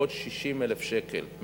עוד 60,000 שקל,